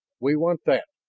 we want that,